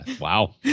Wow